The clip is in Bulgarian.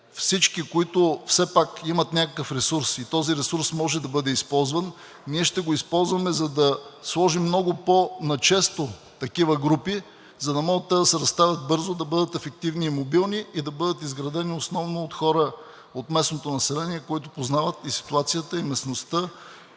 Всички, които все пак имат някакъв ресурс и този ресурс може да бъде използван, ние ще го използваме, за да сложим много по-начесто такива групи, за да могат те да се разставят бързо, да бъдат ефективни и мобилни и да бъдат изградени основно от хора от местното население, които познават и ситуацията, и местността,